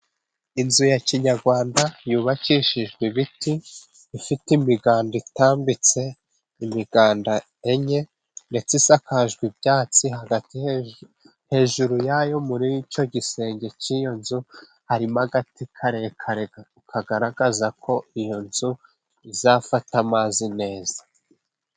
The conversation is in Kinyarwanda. Inzu ya kinyarwanda yubakishijwe ibiti bifite imiganda itambitse, imiganda ine ndetse isakajwe ibyatsi hagati. Hejuru yayo muri icyo gisenge cy'iyo nzu, harimo agati karekare kagaragaza ko iyo nzu izafata amazi neza.